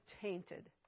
tainted